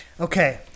Okay